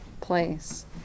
place